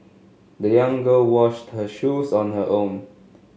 the young girl washed her shoes on her own